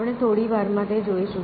આપણે થોડી વારમાં તે જોઈશું